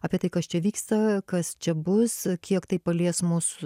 apie tai kas čia vyksta kas čia bus kiek tai palies mus